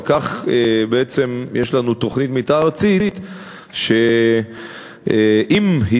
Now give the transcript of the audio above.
וכך בעצם יש לנו תוכנית מתאר ארצית שאם היא